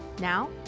Now